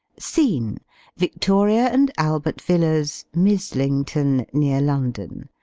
scene victoria and albert villas, mizzlington, near london.